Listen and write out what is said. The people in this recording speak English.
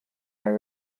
are